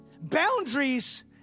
boundaries